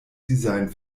design